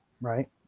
right